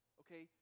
okay